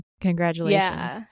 Congratulations